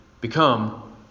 become